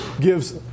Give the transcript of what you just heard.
gives